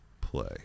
play